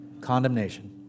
Condemnation